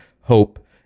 hope